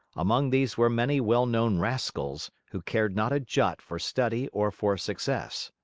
among these were many well-known rascals, who cared not a jot for study or for success.